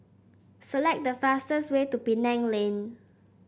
select the fastest way to Penang Lane